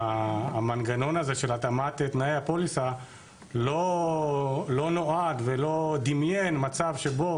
שהמנגנון הזה של התאמת תנאי הפוליסה לא נוהג ולא דמיין מצב שבו